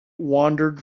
wandered